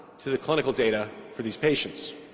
to the clinical data for those patients.